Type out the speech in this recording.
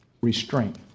restraint